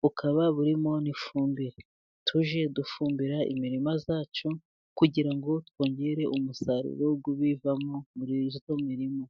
bukaba burimo n'ifumbire. Tujye dufumbira imirima yacu, kugira ngo twongere umusaruro w'ibiva muri iyo mirima.